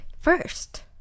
first